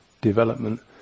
development